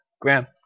Graham